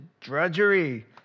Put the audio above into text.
drudgery